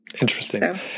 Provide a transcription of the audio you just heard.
Interesting